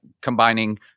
combining